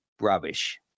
rubbish